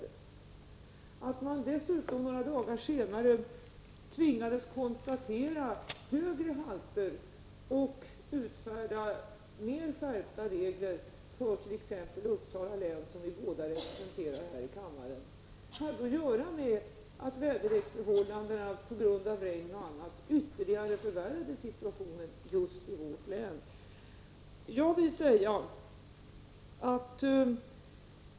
Det faktum att man dessutom några dagar senare tvingades konstatera högre halter och utfärda mer skärpta regler för t.ex. Uppsala län — som vi båda representerar här i kammaren — än för andra delar av landet hade att göra med att väderleksförhållandena ytterligare förvärrade situationen just i vårt län.